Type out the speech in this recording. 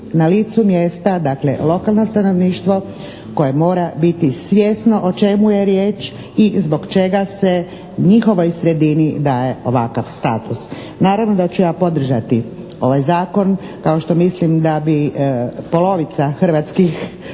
na licu mjesta, dakle, lokalno stanovništvo koje mora biti svjesno o čemu je riječ i zbog čega se njihovoj sredini daje ovakav status. Naravno da ću ja podržati ovaj Zakon kao što mislim da bi polovica hrvatskih